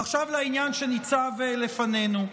ועכשיו לעניין שניצב לפנינו.